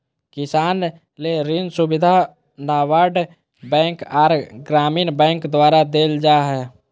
किसान ले ऋण सुविधा नाबार्ड बैंक आर ग्रामीण बैंक द्वारा देल जा हय